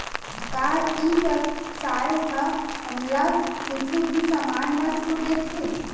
का ई व्यवसाय ह हमला कुछु भी समान मा छुट देथे?